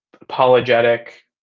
apologetic